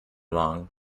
long